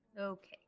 okay